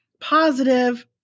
positive